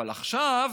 אבל עכשיו